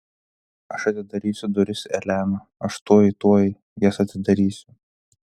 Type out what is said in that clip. aš atidarysiu duris elena aš tuoj tuoj jas atidarysiu